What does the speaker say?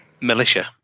militia